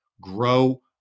grow